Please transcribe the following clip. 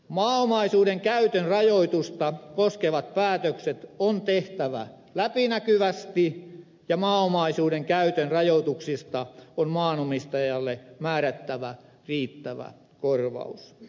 maaomaisuuden käytön rajoitusta koskevat päätökset on tehtävä läpinäkyvästi ja maaomaisuuden käytön rajoituksista on maanomistajalle määrättävä riittävä korvaus